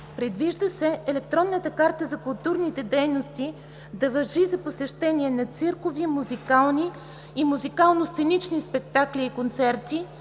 Предвижда се електронната карта за културните дейности да важи за посещения на циркови, музикални и музикално-сценични спектакли и концерти,